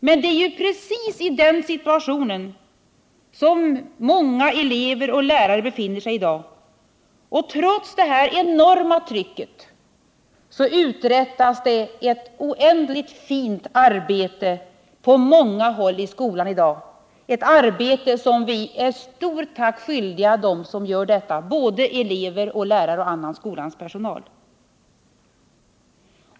Men det är ju precis i den situationen som många elever och lärare befinner sig i dag, och trots detta enorma tryck uträttas det ett mycket fint arbete på många håll i skolan i dag. Vi är stor tack skyldiga dem som utför detta arbete, både elever, lärare och annan personal i skolan.